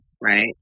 right